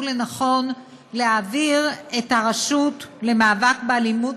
לנכון להעביר את הרשות למאבק באלימות,